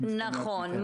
נכון.